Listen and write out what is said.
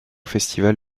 festival